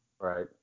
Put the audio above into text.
Right